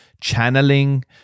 channeling